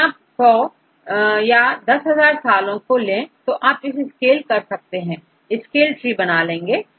यदि आप100 या 1 0 000 सालों को ले तो आप इसे स्केल कर सकते हैं और स्केल ट्री बना लेंगे